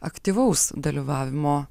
aktyvaus dalyvavimo